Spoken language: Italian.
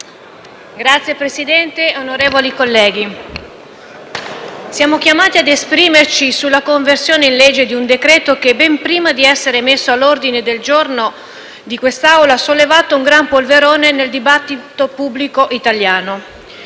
Signor Presidente, onorevoli colleghi, siamo chiamati ad esprimerci sulla conversione in legge di un decreto-legge che ben prima di essere messo all'ordine del giorno dell'Assemblea ha sollevato un gran polverone nel dibattito pubblico italiano.